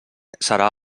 serà